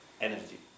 energy